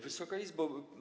Wysoka Izbo!